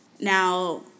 Now